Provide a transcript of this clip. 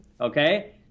okay